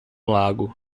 lago